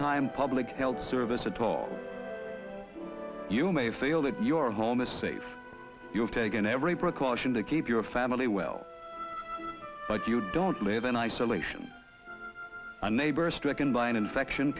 time public health service at all you may feel that your home is safe you have taken every precaution to keep your family well but you don't live in isolation a neighbor stricken by an infection